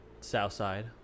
Southside